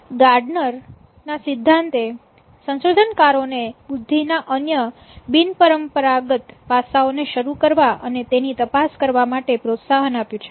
gardener Gardener's ના સિદ્ધાંત એ સંશોધનકારોને બુદ્ધિના અન્ય બિન પરંપરાગત પાસઓને શરૂ કરવા અને તેની તપાસ કરવા માટે પ્રોત્સાહન આપ્યું છે